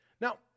Now